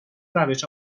روش